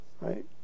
right